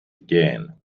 again